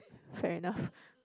fair enough